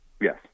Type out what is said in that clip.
Yes